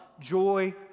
joy